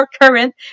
current